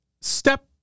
Step